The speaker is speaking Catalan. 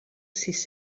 sis